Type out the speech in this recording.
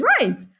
right